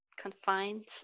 confined